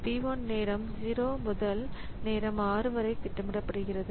P 1 நேரம் 0 முதல் நேரம் 6 வரை திட்டமிடப்படுகிறது